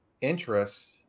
interest